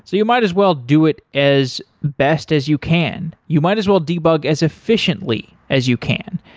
so you might as well do it as best as you can. you might as well debug as efficiently as you can.